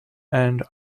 and